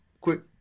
quick